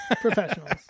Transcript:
Professionals